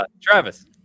Travis